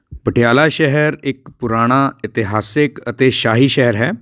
ਪਟਿਆਲਾ ਸ਼ਹਿਰ ਇੱਕ ਪੁਰਾਣਾ ਇਤਿਹਾਸਿਕ ਅਤੇ ਸ਼ਾਹੀ ਸ਼ਹਿਰ ਹੈ